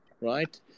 right